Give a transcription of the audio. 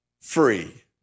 free